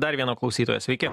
dar vieno klausytojo sveiki